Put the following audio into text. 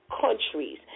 countries